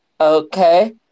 Okay